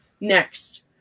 next